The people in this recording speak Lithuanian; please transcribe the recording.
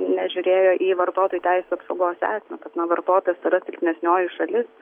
nežiūrėjo į vartotojų teisių apsaugos esamę kad nevartotas yra silpnesnioji šalis